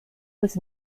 was